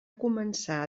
començar